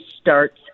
starts